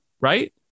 right